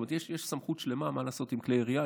זאת אומרת, יש סמכות שלמה מה לעשות עם כלי ירייה.